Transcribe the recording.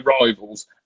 rivals